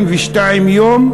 42 יום,